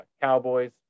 Cowboys